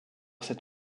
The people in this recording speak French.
cet